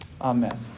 Amen